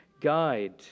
guide